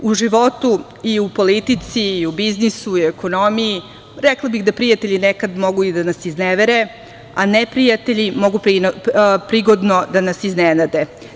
U životu i u politici i u biznisu, ekonomiji, rekla bih da prijatelji mogu nekada da nas iznevere, a neprijatelji mogu prigodno da nas iznenade.